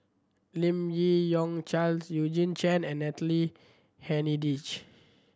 Lim Yi Yong Charles Eugene Chen and Natalie Hennedige